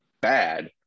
bad